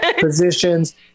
positions